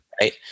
right